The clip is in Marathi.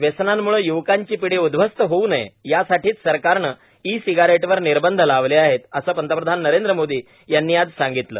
व्यसनांमुळे य्वकांची पिढी उध्वस्त होऊ नये यासाठीच सरकारनं ई सिगारेटवर निर्बंध लावले आहेत असं पंतप्रधान नरेंद्र मोदी यांनी आज सांगितलं